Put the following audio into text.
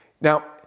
Now